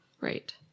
Right